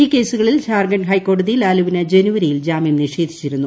ഈ കേസുകളിൽ ഝാർഖണ്ഡ് ഹൈക്കോടതി ലാലുവിന് ജനുവരിയിൽ ജാമ്യം നിഷേധിച്ചിരുന്നു